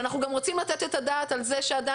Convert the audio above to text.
ואנחנו גם רוצים לתת את הדעת על זה שעדיין